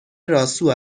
راسو